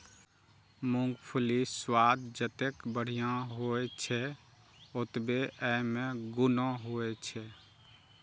मूंगफलीक स्वाद जतेक बढ़िया होइ छै, ओतबे अय मे गुणो होइ छै